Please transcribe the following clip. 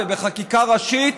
ובחקיקה ראשית,